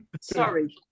sorry